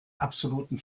absoluten